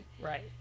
Right